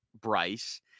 Bryce